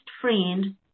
friend